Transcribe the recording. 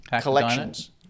Collections